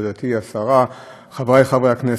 מכובדתי השרה, חבריי חברי הכנסת,